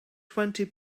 twenty